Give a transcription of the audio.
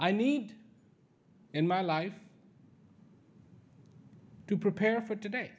i need in my life to prepare for today